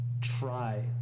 try